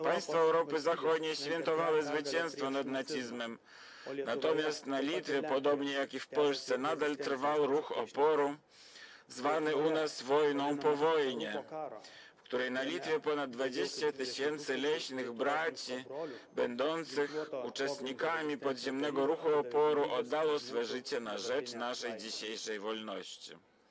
Państwa Europy Zachodniej świętowały zwycięstwo nad nazizmem, natomiast na Litwie, podobnie jak w Polsce, nadal trwał ruch oporu, zwany u nas wojną po wojnie, w którym na Litwie ponad 20 tys. leśnych braci będących uczestnikami podziemnego ruchu oporu oddało swe życie na rzecz naszej dzisiejszej wolności.